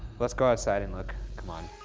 let's go outside and look, come on.